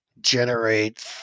generate